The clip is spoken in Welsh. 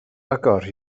agor